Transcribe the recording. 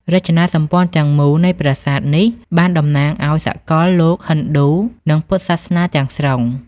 រចនាសម្ព័ន្ធទាំងមូលនៃប្រាសាទនេះបានតំណាងឲ្យសកលលោកហិណ្ឌូ និងពុទ្ធសាសនាទាំងស្រុង។